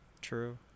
True